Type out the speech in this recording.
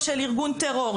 או של ארגון טרור,